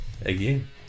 Again